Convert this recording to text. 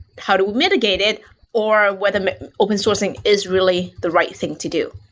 how do we mitigate it or whether open sourcing is really the right thing to do.